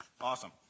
Awesome